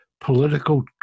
political